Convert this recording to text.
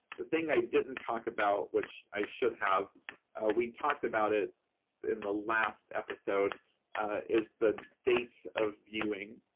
the thing i didn't talk about, which i should have we talked about it in the last episode is the date of viewing.